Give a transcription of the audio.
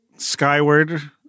Skyward